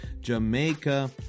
Jamaica